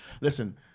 Listen